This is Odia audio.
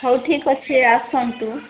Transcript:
ହେଉ ଠିକ ଅଛି ଆସନ୍ତୁ